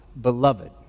beloved